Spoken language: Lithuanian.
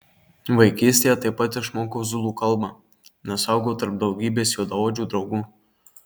vaikystėje taip pat išmokau zulų kalbą nes augau tarp daugybės juodaodžių draugų